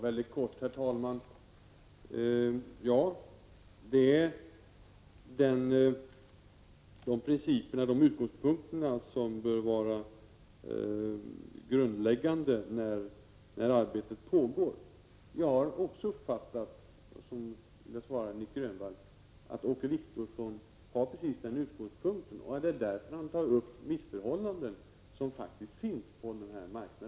Herr talman! Ja, det är de utgångspunkterna som bör vara grundläggande när arbetet pågår. Jag vill samtidigt svara Nic Grönvall att jag har uppfattat att också Åke Wictorsson har precis den ståndpunkten och att det är därför han tar upp missförhållanden som faktiskt finns på denna marknad.